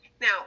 Now